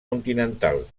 continental